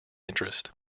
interest